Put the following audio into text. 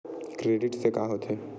Credit से का होथे?